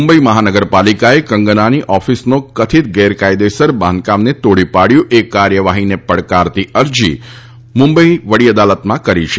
મુંબઈ મહાનગરપાલિકાએ કંગનાની ઓફિસનો કથિત ગેરકાયદેસર બાંધકામને તોડી પાડયું એ કાર્યવાહીને પડકારતી અરજી મુંબઈની વડી અદાલતમાં કરી છે